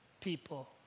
people